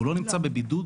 הוא לא נמצא בבידוד,